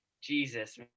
Jesus